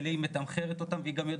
בגלל הקורונה היו מעט נמוכים יותר.